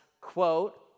quote